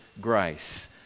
grace